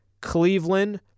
Cleveland